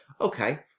Okay